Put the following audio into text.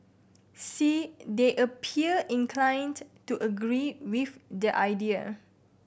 see they appear inclined to agree with the idea